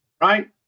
Right